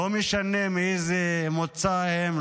לא משנה מאיזה מוצא הם,